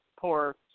poor